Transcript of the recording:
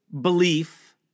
belief